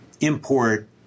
import